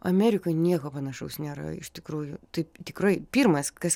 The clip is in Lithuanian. amerikoj nieko panašaus nėra iš tikrųjų taip tikrai pirmas kas